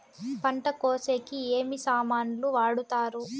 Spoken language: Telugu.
పంట కోసేకి ఏమి సామాన్లు వాడుతారు?